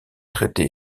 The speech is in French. traité